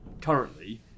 currently